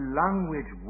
language